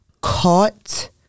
caught